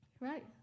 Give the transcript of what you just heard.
Right